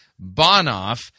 Bonoff